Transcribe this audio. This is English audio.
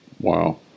Wow